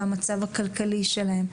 והמצב הכלכלי שלהם.